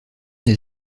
des